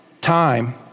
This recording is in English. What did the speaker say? time